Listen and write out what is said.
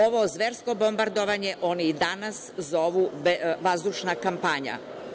Ovo zversko bombardovanje oni i danas zovu vazdušna kampanja.